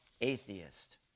atheist